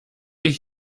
ich